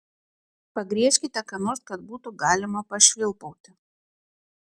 pagriežkite ką nors kad būtų galima pašvilpauti